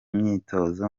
myitozo